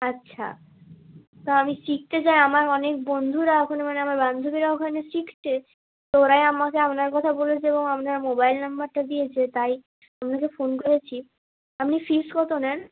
আচ্ছা তো আমি শিখতে চাই আমার অনেক বন্ধুরা ওখানে মানে আমার বান্ধবীরা ওখানে শিখছে তো ওরাই আমাকে আপনার কথা বলেছে এবং আপনার মোবাইল নম্বরটা দিয়েছে তাই আপনাকে ফোন করেছি আপনি ফিস কতো নেন